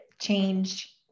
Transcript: change